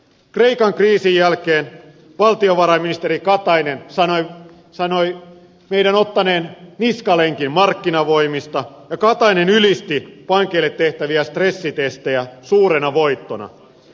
kreikan kriisin jälkeen valtionvarainministeri katainen sanoi meidän ottaneen niskalenkin markkinavoimista ja katainen ylisti pankeille tehtäviä stressitestejä suurena voittona